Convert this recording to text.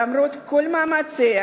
למרות כל מאמציה,